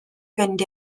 fynd